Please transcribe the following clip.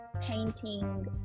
painting